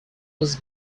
was